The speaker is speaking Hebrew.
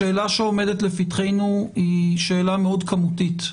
השאלה שעומדת לפתחנו היא שאלה כמותית.